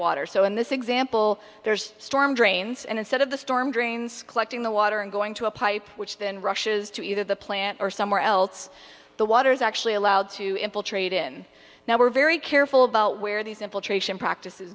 water so in this example there's storm drains and instead of the storm drains collecting the water and going to a pipe which then rushes to either the plant or somewhere else the water is actually allowed to infiltrate in now we're very careful about where these infiltration practices